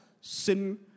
sin